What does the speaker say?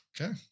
Okay